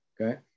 Okay